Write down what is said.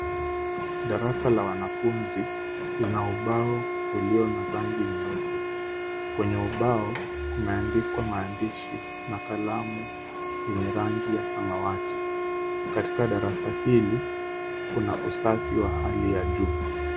Darasa la wanafunzi lina ubao ulio na rangi nyeupe. Kwenye ubao kumeandikwa maandishi na kalamu yenye rangi ya samawati. Katika darasa hili kuna usafi wa hali ya juu.